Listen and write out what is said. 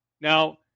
Now